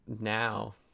now